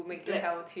black